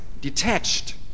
detached